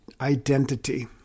identity